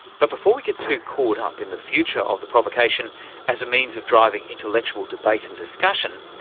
but before we get too caught up in the future of the provocation as a means of driving intellectual debate and discussion,